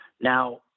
Now